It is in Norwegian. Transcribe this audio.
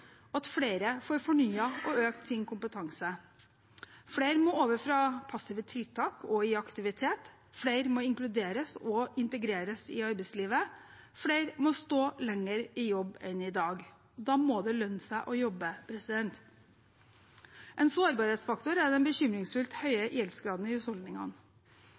at at flere får fornyet og økt sin kompetanse. Flere må over fra passive tiltak til aktivitet, flere må inkluderes og integreres i arbeidslivet, og flere må stå lenger i jobb enn i dag. Da må det lønne seg å jobbe. En sårbarhetsfaktor er den bekymringsfullt høye gjeldsgraden i husholdningene.